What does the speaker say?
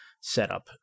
setup